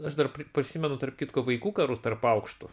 aš dar prisimenu tarp kitko vaikų karus tarp aukštų